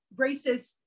racist